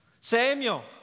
Samuel